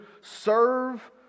serve